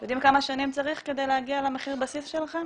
יודעים כמה שנים צריך כדי להגיע למחיר בסיס שלכם?